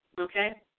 Okay